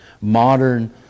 modern